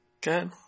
good